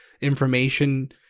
information